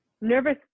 nervous